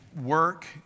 work